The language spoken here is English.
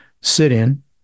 sit-in